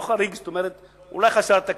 לא חריג, אולי חסר תקדים.